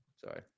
sorry